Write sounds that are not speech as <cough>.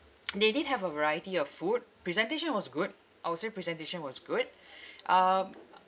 <noise> they did have a variety of food presentation was good I would say presentation was good um